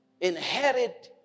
Inherit